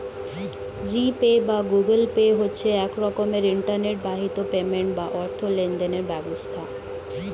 জি Pay বা Google Pay হচ্ছে এক রকমের ইন্টারনেট বাহিত পেমেন্ট বা অর্থ লেনদেনের ব্যবস্থা